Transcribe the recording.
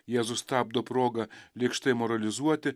jėzus sustabdo proga lėkštai moralizuoti